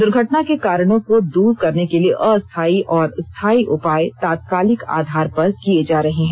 दुर्घटना के कारणों को दूर करने के लिए अस्थायी और स्थायी उपाय तात्कालिक आधार पर किए जा रहे हैं